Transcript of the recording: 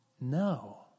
No